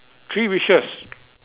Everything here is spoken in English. three wishes